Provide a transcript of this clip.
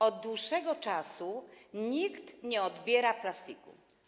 Od dłuższego czasu nikt nie odbiera plastiku.